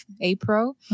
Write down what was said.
April